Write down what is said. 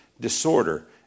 disorder